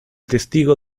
testigo